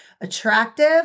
attractive